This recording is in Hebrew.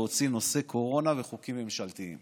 להוציא נושא קורונה וחוקים ממשלתיים,